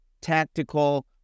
tactical